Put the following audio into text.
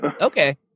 Okay